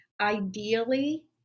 Ideally